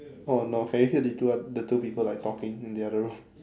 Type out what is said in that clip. oh no can you hear the two are the two people like talking in the other room